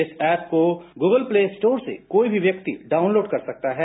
इस ऐप को Google play store से कोई भी व्यक्ति डाउनलोड कर सकता है